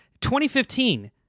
2015